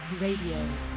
Radio